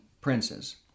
princes